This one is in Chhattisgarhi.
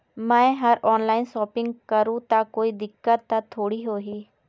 मैं हर ऑनलाइन शॉपिंग करू ता कोई दिक्कत त थोड़ी होही?